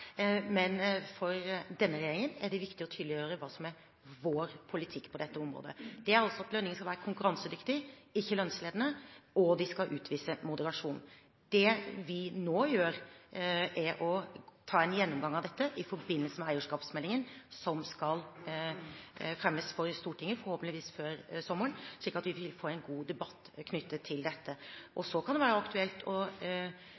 Men for denne regjeringen er det viktig å tydeliggjøre hva som er vår politikk på dette området: Lønninger skal være konkurransedyktige, ikke lønnsledende, og det skal utvises moderasjon. Det vi nå gjør, er å ta en gjennomgang av dette i forbindelse med eierskapsmeldingen som skal fremmes for Stortinget forhåpentligvis før sommeren, slik at vi vil få en god debatt knyttet til dette. Så kan det være aktuelt å